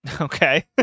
Okay